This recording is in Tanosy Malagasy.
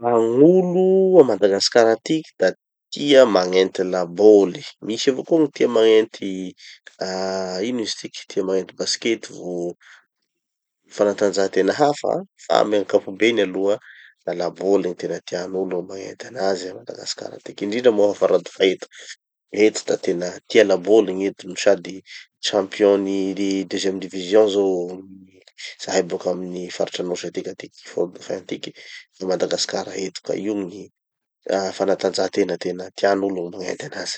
Ah gn'olo a Madagasikara atiky da tia magnenty laboly. Misy avao koa gny tia magnenty ah ino izy tiky, tia magnenty baskety vo fanatanjahatena hafa fa amy ankapobeny aloha da laboly gny tena tian'olo magnenty anazy a Madagasikara atiky. Indrindra moa gna faradofay eto. Eto da tena tia laboly gn'eto no sady champion ny deuxieme division zao zahay boka amin'ny faritra anosy atiky a fort-dauphin atiky, a madagasikara eto, ka io gny fanatanjahatena tena tian'olo gny magnenty anazy.